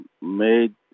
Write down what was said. made